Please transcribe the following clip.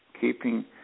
keeping